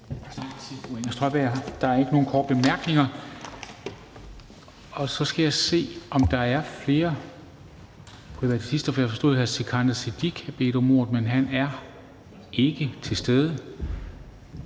Der er ikke nogen korte bemærkninger. Så skal jeg se, om der er flere privatister. Jeg forstod, at hr. Sikandar Siddique havde bedt om ordet, men han er ikke til stede.